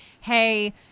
Hey